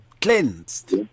cleansed